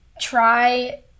try